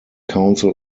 council